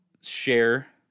share